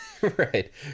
right